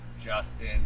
Justin